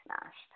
smashed